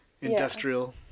industrial